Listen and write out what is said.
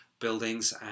buildings